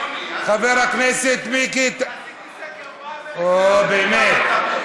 חבר הכנסת מיקי, חבר הכנסת מיקי, אוה, באמת.